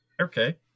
Okay